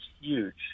huge